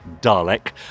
dalek